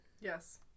Yes